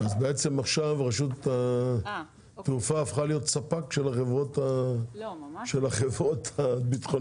אז בעצם עכשיו רשות התעופה הפכה להיות ספק של החברות הביטחוניות?